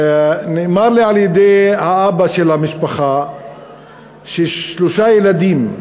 אמר לי האבא של המשפחה שיש שלושה ילדים,